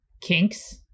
kinks